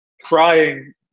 crying